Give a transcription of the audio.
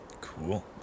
cool